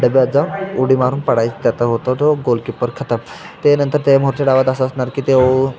डब्यात जाऊन उडी मारून पाडायचं त्यात होतो तो गोलकीपर खतम त्याच्यानंतर ते मोठे डावात असं असणार की तो